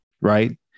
Right